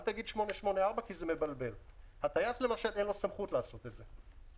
לא 884. לטייס אין את הסמכות לעשות את זה.